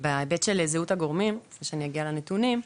לפני שאגיע לנתונים,